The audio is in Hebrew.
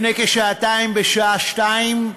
לפני כשעתיים, בשעה 14:00,